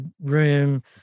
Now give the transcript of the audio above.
room